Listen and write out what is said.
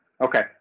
Okay